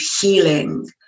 healing